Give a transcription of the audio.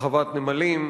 הרחבת נמלים.